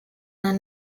are